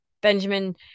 Benjamin